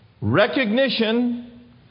recognition